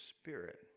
Spirit